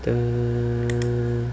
mm